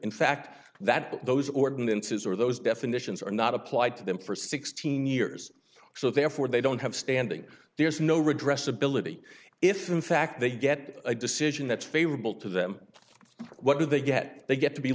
in fact that those ordinances are those definitions are not applied to them for sixteen years so therefore they don't have standing there's no redress ability if in fact they get a decision that's favorable to them what do they get they get to be